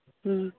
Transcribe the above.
ᱦᱮᱸ